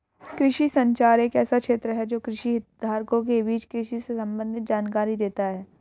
कृषि संचार एक ऐसा क्षेत्र है जो कृषि हितधारकों के बीच कृषि से संबंधित जानकारी देता है